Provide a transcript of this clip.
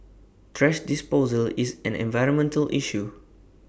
thrash disposal is an environmental issue